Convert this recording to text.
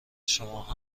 شماها